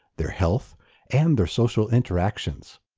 their health and their social interactions.